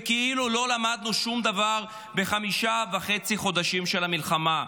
וכאילו לא למדנו שום דבר בחמישה וחצי חודשים של המלחמה?